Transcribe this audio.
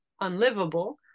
unlivable